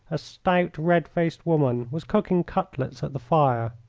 a stout, red-faced woman was cooking cutlets at the fire.